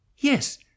yes